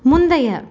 முந்தைய